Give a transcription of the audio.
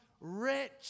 rich